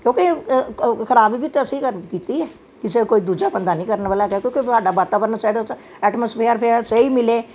ਕਿਉਂਕਿ ਖਰਾਬ ਵੀ ਤੇ ਅਸੀਂ ਕੀਤੀ ਹੈ ਕਿਸੇ ਕੋਈ ਦੂਜਾ ਬੰਦਾ ਨਹੀ ਕਰਨ ਵਾਲਾ ਹੈਗਾ ਕਿਉਂਕੀ ਸਾਡਾ ਵਾਤਾਵਰਨ ਐਟਮਸਫੇਅਰ ਫੇਅਰ ਸਹੀ ਮਿਲੇ